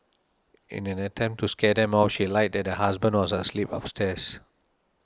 in an attempt to scare them off she lied that her husband was asleep upstairs